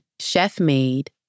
chef-made